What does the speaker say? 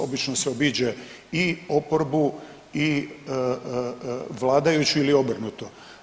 Obično se obiđe i oporbu i vladajuće ili obrnuto.